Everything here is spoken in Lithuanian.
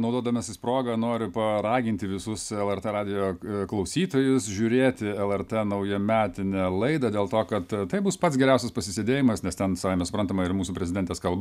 naudodamasis proga noriu paraginti visus lrt radijo klausytojus žiūrėti lrt naujametinę laidą dėl to kad tai bus pats geriausias pasisėdėjimas nes ten savaime suprantama ir mūsų prezidentės kalba